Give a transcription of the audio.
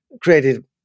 created